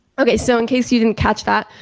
okay, so in case you didn't catch that,